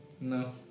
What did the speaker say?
No